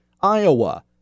Iowa